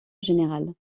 général